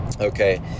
okay